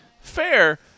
Fair